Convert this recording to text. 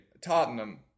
Tottenham